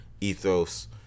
ethos